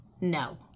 no